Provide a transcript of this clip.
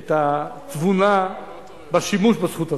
את התבונה בשימוש בזכות הזו.